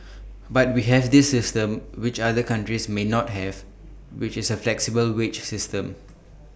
but we have this system which other countries may not have which is A flexible wage system